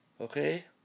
Okay